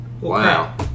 wow